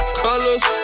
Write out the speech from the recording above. colors